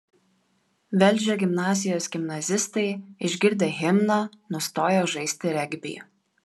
velžio gimnazijos gimnazistai išgirdę himną nustojo žaisti regbį